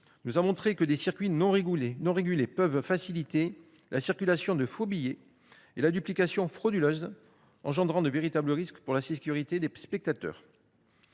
nous a montré que des circuits non régulés peuvent faciliter la circulation de faux billets et la duplication frauduleuse, ce qui engendre de véritables risques pour la sécurité des spectateurs.